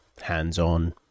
hands-on